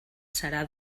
serà